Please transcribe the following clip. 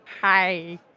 Hi